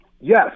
Yes